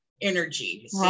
energy